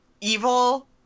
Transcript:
evil